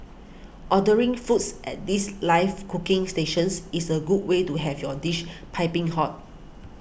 ordering foods at these live cooking stations is a good way to have your dishes piping hot